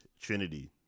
Trinity